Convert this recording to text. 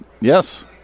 Yes